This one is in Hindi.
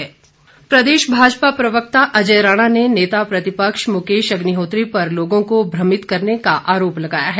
भाजपा प्रदेश भाजपा प्रवक्ता अजय राणा ने नेता प्रतिपक्ष मुकेश अग्निहोत्री पर लोगों को भ्रमित करने का आरोप लगाया है